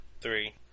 Three